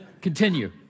continue